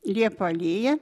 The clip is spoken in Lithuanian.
liepų alėja